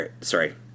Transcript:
Sorry